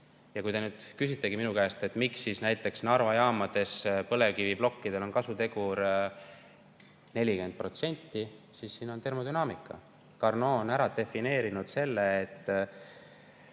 Kui te nüüd küsite minu käest, miks näiteks Narva jaamade põlevkiviplokkidel on kasutegur 40%, siis siin on tegu termodünaamikaga. Carnot on ära defineerinud selle, et